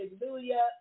Hallelujah